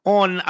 on